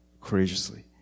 courageously